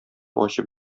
ачып